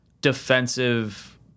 defensive